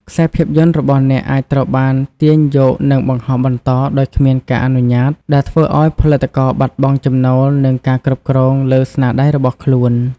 ខ្សែភាពយន្តរបស់អ្នកអាចត្រូវបានទាញយកនិងបង្ហោះបន្តដោយគ្មានការអនុញ្ញាត ដែលធ្វើឱ្យផលិតករបាត់បង់ចំណូលនិងការគ្រប់គ្រងលើស្នាដៃរបស់ខ្លួន។